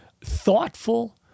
thoughtful